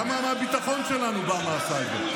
כמה מהביטחון שלנו בא מהסייבר.